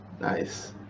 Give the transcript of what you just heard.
nice